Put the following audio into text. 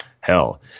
Hell